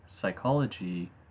psychology